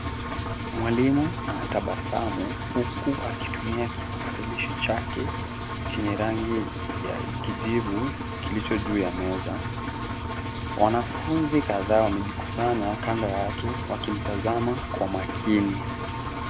Mwalimu anatabasamu huku akitumia kipakatalishi chake chenye rangi ya kijivu kilicho juu ya meza. Wanafunzi kadhaa wamejikusanya kando yake wakimtazama kwa makini.